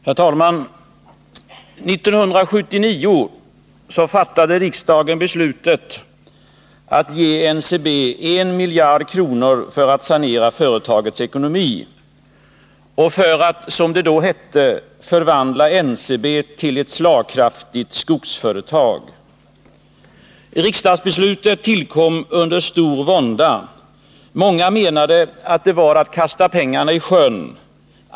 Herr talman! 1979 fattade riksdagen beslutet att ge NCB 1 miljard kronor för att sanera företagets ekonomi och för att — som det då hette — förvandla NCEB till ett slagkraftigt skogsföretag. Riksdagsbeslutet tillkom under stor vånda. Många menade att det var att kasta pengarna i sjön.